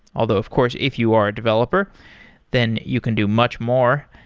although of course, if you are a developer then you can do much more.